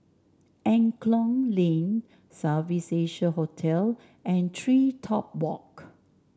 Angklong Lane South Asia Hotel and TreeTop Walk